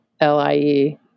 LIE